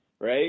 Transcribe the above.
right